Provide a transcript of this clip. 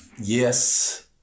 Yes